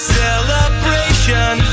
celebration